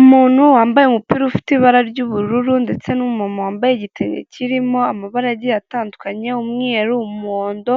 Umuntu wambaye umupira ufite ibara ry'ubururu ndetse n'umuntu wambaye igitenge kirimo amabara agiye atandukanye, umweru, umuhondo,